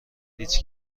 هیچ